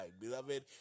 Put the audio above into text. Beloved